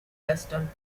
weston